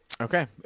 Okay